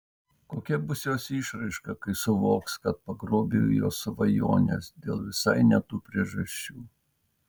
kokia bus jos išraiška kai suvoks kad pagrobiau jos svajones dėl visai ne tų priežasčių